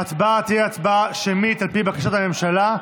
ההצבעה תהיה הצבעה שמית, על פי בקשת הממשלה.